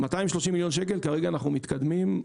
כרגע אנחנו מתקדמים עם